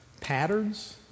patterns